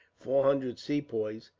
four hundred sepoys,